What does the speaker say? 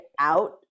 out